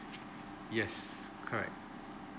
yes correct